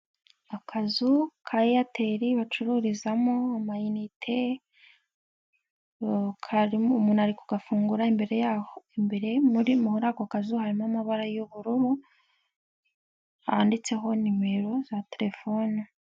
Akazu ka Airtel bacururizamo amayinite, umuntu ari kugafungura imbere yaho imbere muri ako kazu harimo amabara y'ubururu handitseho nimero za telefone.